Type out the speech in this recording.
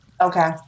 Okay